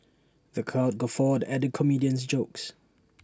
the crowd guffawed at the comedian's jokes